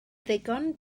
ddigon